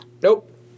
Nope